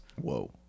Whoa